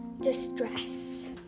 distress